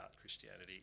Christianity